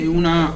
una